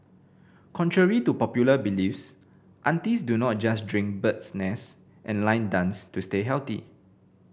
contrary to popular beliefs aunties do not just drink bird's nest and line dance to stay healthy